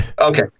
Okay